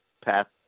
past